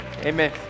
amen